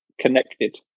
connected